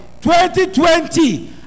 2020